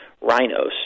rhinos